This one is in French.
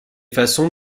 façons